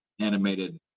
animated